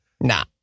Nah